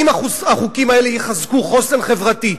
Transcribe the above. האם החוקים האלה יחזקו חוסן חברתי?